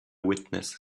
witness